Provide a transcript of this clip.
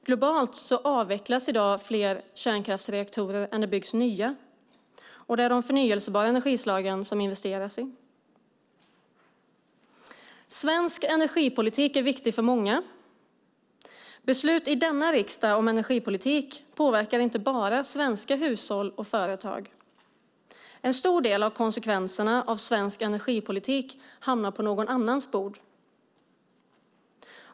Globalt avvecklas i dag fler kärnkraftsreaktorer än det byggs nya, och det investeras i de förnybara energislagen. Svensk energipolitik är viktig för många. Beslut om energipolitik i denna riksdag påverkar inte bara svenska hushåll och företag. En stor del av konsekvenserna av svensk energipolitik hamnar på någon annans bord.